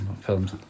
films